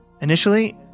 Initially